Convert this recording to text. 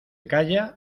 calla